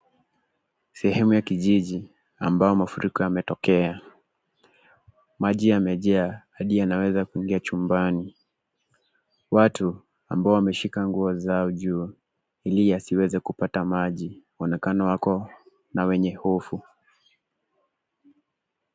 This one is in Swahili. Sehemu ya kijiji ambao mafuriko yametokea. Maji yamejaa hadi yanaweza kuingia chumbani. Watu, ambao wameshika nguo zao juu, ili yasiweze kupata maji, wanaonekana wako na wenye hofu.